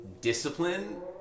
discipline